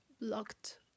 blocked